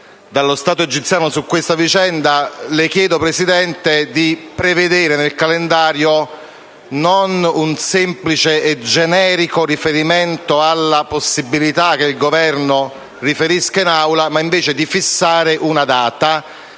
dallo Stato egiziano su questa vicenda, le chiedo di prevedere nel calendario non un semplice e generico riferimento alla possibilità che il Governo riferisca in Assemblea, bensì una data